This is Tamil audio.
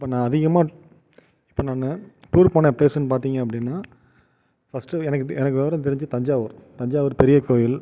இப்போ நான் அதிகமாக இப்போ நான் டூர் போன பிளேஸ்னு பார்த்திங்க அப்படின்னா ஃபர்ஸ்ட் எனக்கு தெ எனக்கு விவரம் தெரிஞ்சு தஞ்சாவூர் தஞ்சாவூர் பெரிய கோயில்